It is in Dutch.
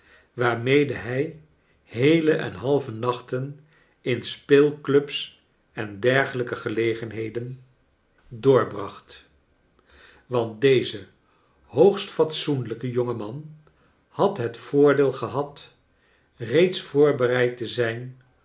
waarmede hij heele en halve nachten in speelclubs en dergelijke gelegenheden doorbracht want deze hoogst fatsoenlijke j ongeman had het voordeel gehad reeds voorbereid te zijn